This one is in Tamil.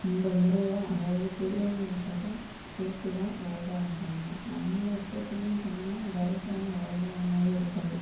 இந்த முறைதான் அதாவது பெரியவங்ககிட்டதான் கேட்டுதான் விவசாயம் பண்ணணும் நம்ம இஷ்டத்துக்குன்னு பண்ணோம்னா விவசாயம் விவசாயமாவே இருக்காது